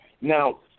Now